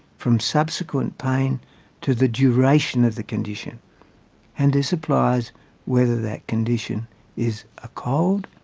from subsequent pain to the duration of the condition and this applies whether that condition is a cold,